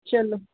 ਚਲੋ